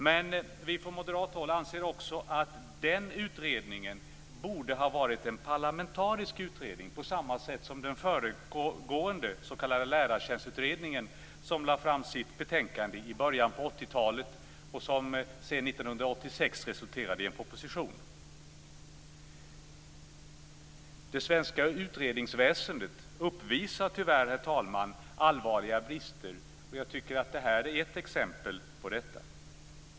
Men från moderat håll anser vi också att den utredningen borde varit en parlamentarisk sådan, på samma sätt som den föregående s.k. Lärartjänstutredningen var. Den lade fram sitt betänkande i början av 1980-talet, och den resulterade sedan 1986 i en proposition. Det svenska utredningsväsendet uppvisar tyvärr allvarliga brister, herr talman. Detta är ett exempel på det.